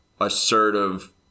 assertive